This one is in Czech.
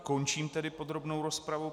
Končím tedy podrobnou rozpravu.